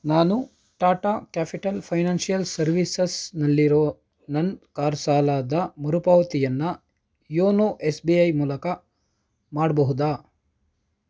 ನಾನು Tata Capital Financial ಸರ್ವಿಸಸ್ನಲ್ಲಿರೋ ನನ್ನ ಕಾರ್ ಸಾಲದ ಮರುಪಾವತಿಯನ್ನು ಯೋನೋ ಎಸ್ ಬಿ ಐ ಮೂಲಕ ಮಾಡಬಹುದಾ